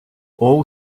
all